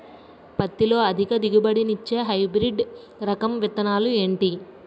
పత్తి లో అధిక దిగుబడి నిచ్చే హైబ్రిడ్ రకం విత్తనాలు ఏంటి